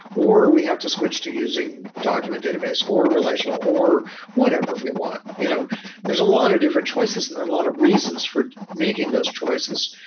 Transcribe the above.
or we have to switch to using document database, or relational, or whatever we want. you know there's a lot of different choices and a lot of reasons for making those choices,